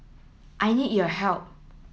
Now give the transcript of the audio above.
I need your help